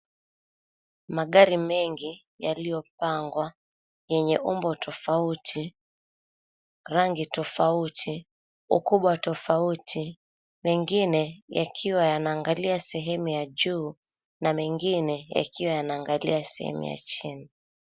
Magari mengi yaliyopangwa yenye umbo tofauti, rangi tofauti, ukubwa tofauti. Mengine yakiwa yanaangalia sehemu ya juu na mengine yakiwa yanaangalia sehemu ya chini.